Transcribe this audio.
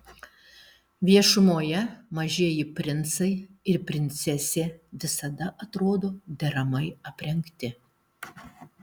viešumoje mažieji princai ir princesė visada atrodo deramai aprengti